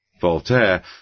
Voltaire